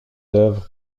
d’œuvre